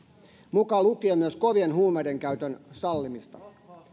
mukaan lukien kovien huumeiden käytön sallimista